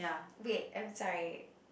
wait I'm sorry